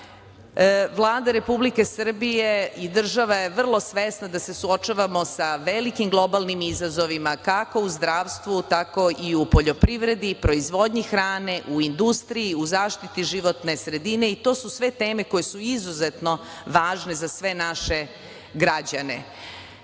Republike Srbije i država je vrlo svesna da se suočavamo sa velikim globalnim izazovima kako u zdravstvu, tako i u poljoprivredi i proizvodnji hrane, u industriji, u zaštiti životne sredine i to su sve teme koje su izuzetno važne za sve naše građane. Dalji